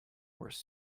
worse